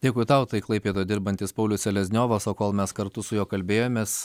dėkui tau tai klaipėdoje dirbantis paulius selezniovas o kol mes kartu su juo kalbėjomės